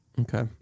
Okay